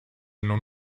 non